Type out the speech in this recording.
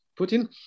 Putin